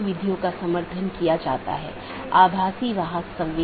इसपर हम फिर से चर्चा करेंगे